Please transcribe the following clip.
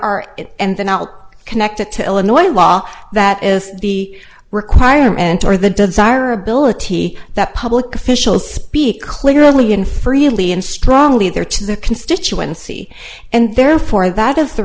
are and then out connect to illinois law that is the requirement or the desirability that public officials speak clearly and freely and strongly there to the constituency and therefore that is the